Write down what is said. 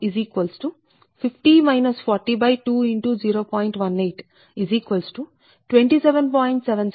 1827